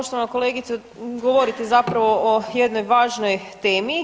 Poštovana kolegice, govorite zapravo o jednoj važnoj temi.